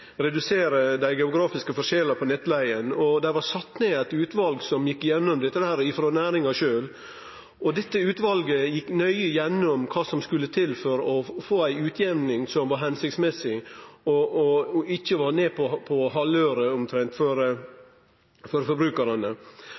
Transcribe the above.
dei geografiske forskjellane på nettleiga. Det var sett ned eit utval som gjekk gjennom dette, frå næringa sjølv. Dette utvalet gjekk nøye gjennom kva som skulle til for å få ei utjamning som var hensiktsmessig, og som ikkje var ned på halvøret omtrent for forbrukarane.